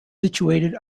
situated